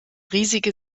riesige